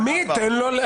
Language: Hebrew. עמית, תן לו.